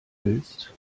willst